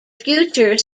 future